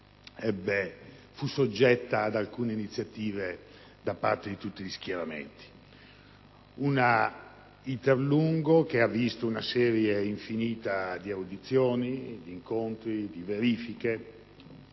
fu soggetta ad alcune iniziative da parte di tutti gli schieramenti. Un *iter* lungo - ripeto - che ha visto una serie infinita di audizioni, incontri, verifiche